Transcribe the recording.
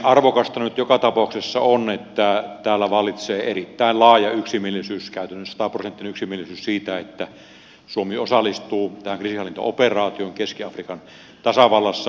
arvokasta nyt joka tapauksessa on että täällä vallitsee erittäin laaja yksimielisyys käytännössä sataprosenttinen yksimielisyys siitä että suomi osallistuu tähän kriisinhallintaoperaatioon keski afrikan tasavallassa